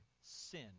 sin